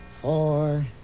four